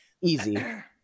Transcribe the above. Easy